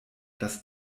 das